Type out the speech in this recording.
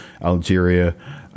Algeria